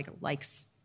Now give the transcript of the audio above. likes